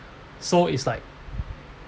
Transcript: so it's like